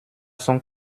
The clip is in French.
son